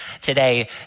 today